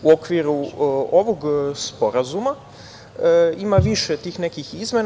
U okviru ovog sporazuma ima više tih nekih izmena.